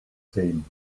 same